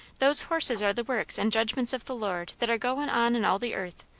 those horses are the works and judgments of the lord that are goin' on in all the earth,